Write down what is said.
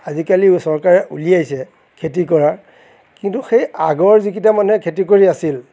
আজিকালি চৰকাৰে উলিয়াইছে খেতি কৰাৰ কিন্তু সেই আগৰ যিকেইটা মানুহে খেতি কৰি আছিল